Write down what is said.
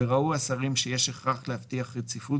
וראו השרים שיש הכרח להבטיח רציפות